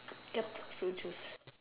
yup fruit juice